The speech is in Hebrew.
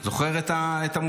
אתה זוכר את המושג?